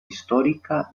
histórica